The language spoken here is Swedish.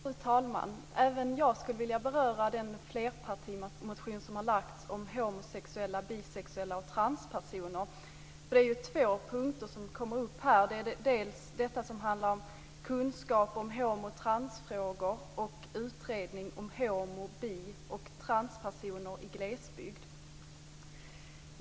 Fru talman! Även jag skulle vilja beröra den flerpartimotion som har lagts fram om homosexuella, bisexuella och transsexuella personer. Det är två punkter som kommer upp här - dels kunskap om homo och transfrågor, dels en utredning om homooch bisexuella personer samt transpersoner i glesbygd.